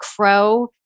crow